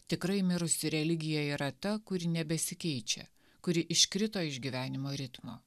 tikrai mirusi religija yra ta kuri nebesikeičia kuri iškrito iš gyvenimo ritmo